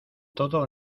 todo